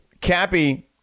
Cappy